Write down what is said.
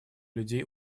людей